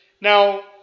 Now